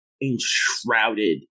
enshrouded